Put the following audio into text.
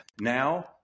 Now